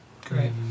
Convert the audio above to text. great